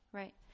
right